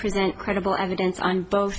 present credible evidence on both